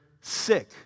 sick